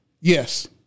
Yes